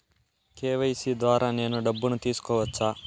KYC ద్వారా నేను డబ్బును తీసుకోవచ్చా?